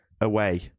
away